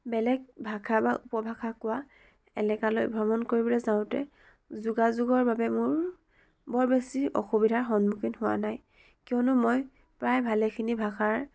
বেলেগ ভাষা বা উপভাষা কোৱা এলেকালৈ ভ্ৰমণ কৰিবলৈ যাওঁতে যোগাযোগৰ বাবে মোৰ বৰ বেছি অসুবিধাৰ সন্মুখীন হোৱা নাই কিয়নো মই প্ৰায় ভালেখিনি ভাষাৰ